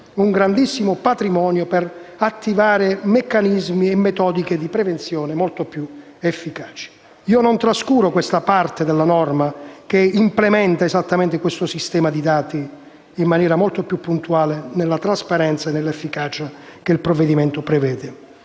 un grandissimo patrimonio per attivare meccanismi e metodiche di prevenzione molto più efficaci. Io non trascuro questa parte della norma, che implementa esattamente questo sistema di dati in maniera molto più puntuale, nella trasparenza e nell'efficacia che il provvedimento prevede.